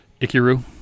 Ikiru